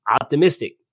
optimistic